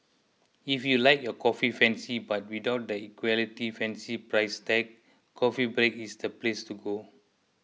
if you like your coffee fancy but without the equality fancy price tag Coffee Break is the place to go